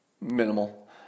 minimal